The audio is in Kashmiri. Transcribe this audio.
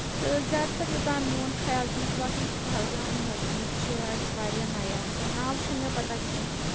تہٕ زیادٕ تر یوتام میون خیال چھُ مےٚ چھُ باسان کہِ پہلگام نزدیٖک چھِ اَسہِ واریاہ نَیہِ آسان ناو چھےٚ نہٕ مےٚ پتہ کینٛہہ